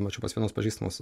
mačiau pas vienus pažįstamus